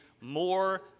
more